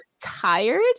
tired